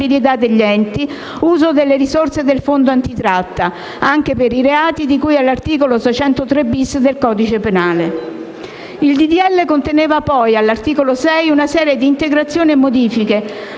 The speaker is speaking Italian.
legge conteneva poi, all'articolo 6, una serie di integrazioni e modifiche